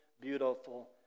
beautiful